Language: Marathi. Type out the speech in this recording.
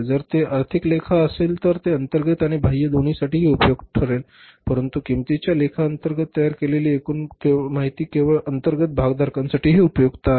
जर ते आर्थिक लेखा असेल तर ते अंतर्गत आणि बाह्य दोन्हीसाठी उपयुक्त ठरेल परंतु किंमतीच्या लेखा अंतर्गत तयार केलेली एकूण माहिती केवळ अंतर्गत भागधारकांसाठी उपयुक्त आहे